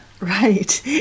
Right